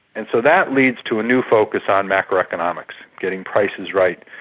and so that leads to a new focus on macroeconomics, getting prices right,